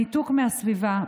הניתוק מהסביבה,